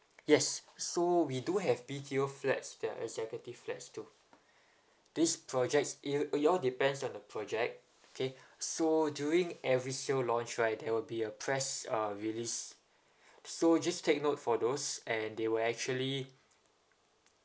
yes so we do have B_T_O flats that are executive flats too these projects it'll uh it all depends on the project okay so during every sale launch right there will be a press uh release so just take note for those and they will actually